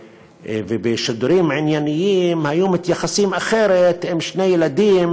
ובשידורים ענייניים היו מתייחסים אחרת אם שני ילדים